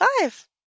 Five